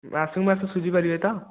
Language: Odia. ମାସକୁ ମାସ ସୁଝିପାରିବେ ତ